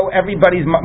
everybody's